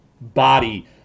body